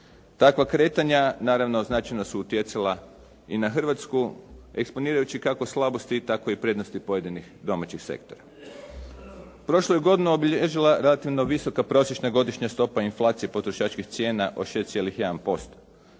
Takva kretanja naravno značajno su utjecala i na Hrvatsku eksponirajući kako slabosti, tako i prednosti pojedinih domaćih sektora. Prošlu godinu je obilježila relativno visoka prosječna godišnja stopa inflacije potrošačkih cijena od 6,1&.